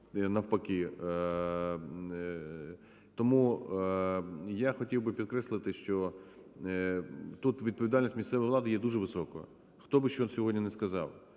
навпаки. Тому я хотів би підкреслити, що тут відповідальність місцевої влади є дуже високою, хто би що сьогодні не сказав.